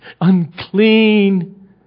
unclean